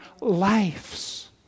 lives